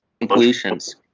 completions